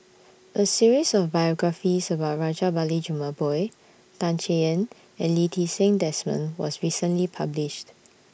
A series of biographies about Rajabali Jumabhoy Tan Chay Yan and Lee Ti Seng Desmond was recently published